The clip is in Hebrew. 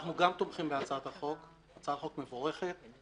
אנחנו גם תומכים בהצעת החוק, הצעת חוק מבורכת.